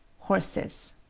horses.